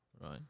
Right